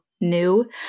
new